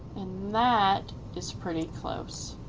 and that is pretty close.